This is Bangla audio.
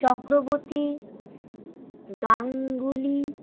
চক্রবর্তী গাঙ্গুলি